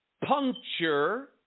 puncture